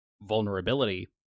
vulnerability